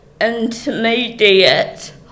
intermediate